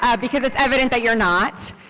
yeah because it's evident that you're not.